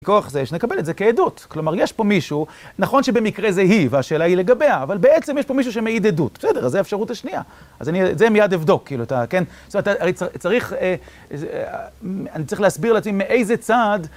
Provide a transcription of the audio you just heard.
כוח זה יש, נקבל את זה כעדות. כלומר, יש פה מישהו, נכון שבמקרה זה היא והשאלה היא לגביה, אבל בעצם יש פה מישהו שמעיד עדות. בסדר, אז זו האפשרות השנייה. אז אני את זה מיד אבדוק, כאילו אתה, כן. זאת אומרת, הרי צריך, אני צריך להסביר לעצמי מאיזה צעד,